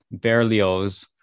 Berlioz